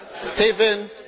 Stephen